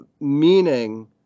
meaning